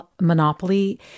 monopoly